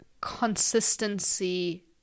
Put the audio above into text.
consistency